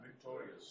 victorious